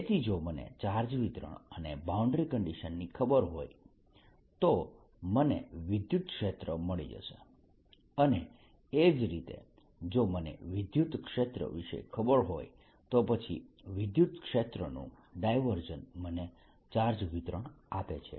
તેથી જો મને ચાર્જ વિતરણ અને બાઉન્ડ્રી કન્ડીશનની ખબર હોય તો મને વિદ્યુતક્ષેત્ર મળી જશે અને એ જ રીતે જો મને વિદ્યુતક્ષેત્ર વિષે ખબર હોય તો પછી વિદ્યુતક્ષેત્રનું ડાયવર્જન્સ મને ચાર્જ વિતરણ આપે છે